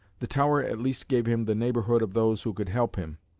the tower at least gave him the neighbourhood of those who could help him.